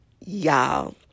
Y'all